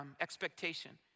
expectation